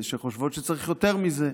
שחושבות שצריך יותר מזה.